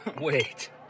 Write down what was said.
Wait